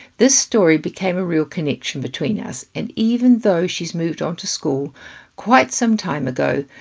this story became a real connection between us and even though she's moved on to school quite some time ago,